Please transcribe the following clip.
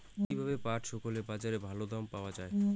কীভাবে পাট শুকোলে বাজারে ভালো দাম পাওয়া য়ায়?